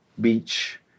beach